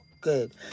good